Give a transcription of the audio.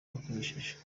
yakoresheje